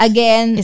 Again